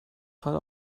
fall